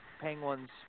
Penguins